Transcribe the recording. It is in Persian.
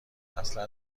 اصلا